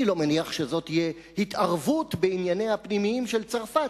אני לא מניח שזאת תהיה התערבות בענייניה הפנימיים של צרפת,